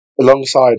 Alongside